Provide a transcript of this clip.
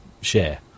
share